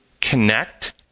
Connect